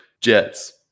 jets